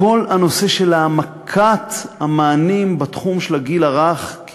כל הנושא של העמקת המענים בתחום של הגיל הרך.